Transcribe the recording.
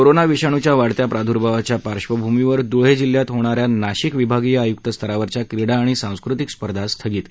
corona विषाणुच्या वाढत्या प्रादूर्भावाच्या पार्श्वभूमीवर धुळे जिल्हात होणाऱ्या नाशिक विभागीय आयुक्त स्तरावरच्या क्रीडा आणि सांस्कृतिक स्पर्धा स्थगित केल्या आहेत